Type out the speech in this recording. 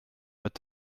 mit